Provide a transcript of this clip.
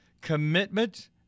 commitment